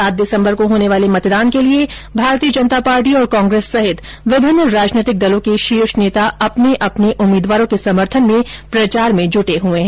सात दिसम्बर को होने वाले मतदान के लिए भारतीय जनता पार्टी और कांग्रेस सहित विभिन्न राजनीतिक दलों के शीर्ष नेता अपने अपने उम्मीदवारों के समर्थन में प्रचार में जुटे हुए हैं